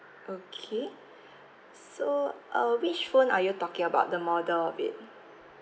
okay so uh which phone are you talking about the model of it